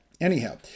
Anyhow